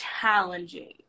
challenging